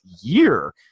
year